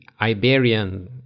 Iberian